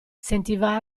sentiva